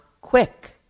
quick